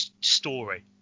story